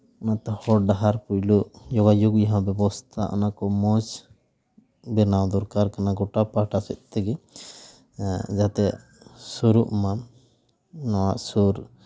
ᱚᱱᱟᱛᱮ ᱦᱚᱨ ᱰᱟᱦᱟᱨ ᱯᱳᱭᱞᱳ ᱡᱳᱜᱟᱡᱳᱜᱽ ᱡᱟᱦᱟᱸ ᱵᱮᱵᱚᱥᱛᱷᱟ ᱚᱱᱟ ᱠᱚ ᱢᱚᱡᱽ ᱵᱮᱱᱟᱣ ᱫᱚᱨᱠᱟᱨ ᱠᱟᱱᱟ ᱜᱳᱴᱟ ᱯᱟᱦᱴᱟ ᱥᱮᱫ ᱛᱮᱜᱮ ᱡᱟᱛᱮ ᱥᱩᱨᱩᱜ ᱢᱟ ᱱᱚᱣᱟ ᱥᱩᱨ